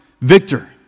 victor